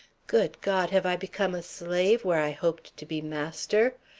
good god! have i become a slave where i hoped to be master?